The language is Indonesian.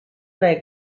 naik